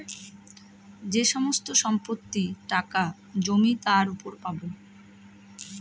যে সমস্ত সম্পত্তি, টাকা, জমি তার উপর পাবো